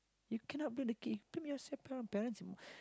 you cannot blame the kid balme yourself lah parents